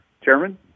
chairman